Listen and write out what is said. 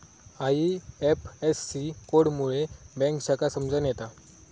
IFSC code मुळे bank शाखा समजान येता